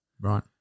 Right